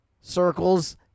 circles